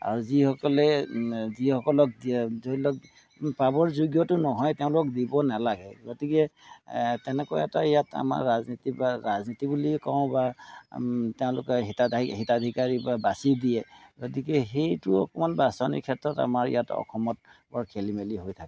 আৰু যিসকলে যিসকলক দিয়ে ধৰি লওক পাবৰ যোগ্যটো নহয় তেওঁলোকক দিব নেলাগে গতিকে তেনেকুৱা এটা ইয়াত আমাৰ ৰাজনীতি বা ৰাজনীতি বুলিয়েই কওঁ বা তেওঁলোকে হিতাধাৰী হিতাধিকাৰীৰ পৰা বাছি দিয়ে গতিকে সেইটো অকণমান বাচনিৰ ক্ষেত্ৰত আমাৰ ইয়াত অসমত বৰ খেলি মেলি হৈ থাকে